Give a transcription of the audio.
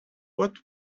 what